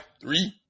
three